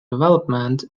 development